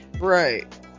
Right